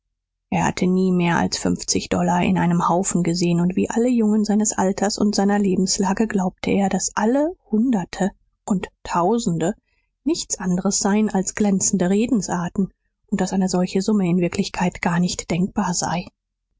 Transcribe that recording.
er hatte nie mehr als fünfzig dollar in einem haufen gesehen und wie alle jungen seines alters und seiner lebenslage glaubte er daß alle hunderte und tausende nichts anderes seien als glänzende redensarten und daß eine solche summe in wirklichkeit gar nicht denkbar sei